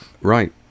right